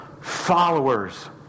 followers